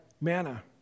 manna